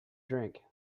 drink